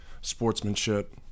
sportsmanship